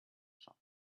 shop